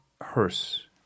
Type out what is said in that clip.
hearse